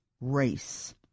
race